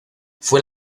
fue